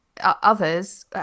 Others